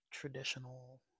traditional